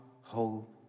whole